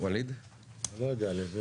ווליד טאהא.